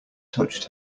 touched